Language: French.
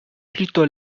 plutôt